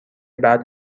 بعد